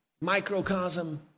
microcosm